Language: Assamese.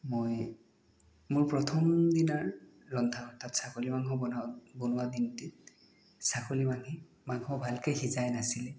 মই মোৰ প্ৰথম দিনাৰ ৰন্ধা অৰ্থাৎ ছাগলী মাংস বনোৱা দিনটিত ছাগলী মানে মাংস ভালকৈ সিজাই নাছিলে